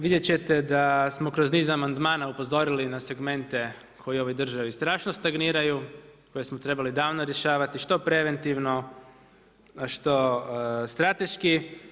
Vidjet ćete da ćemo kroz niz amandmana upozorili na segmente koji u ovoj državi strašno stagniraju, koje smo trebali davno rješavati što preventivno, što strateški.